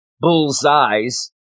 Bullseyes